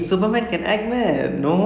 the guy from me before you